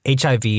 HIV